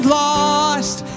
lost